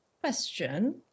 Question